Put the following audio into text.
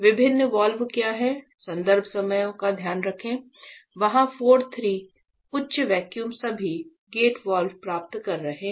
विभिन्न वाल्व क्या है गेट वाल्व प्राप्त कर रहे हैं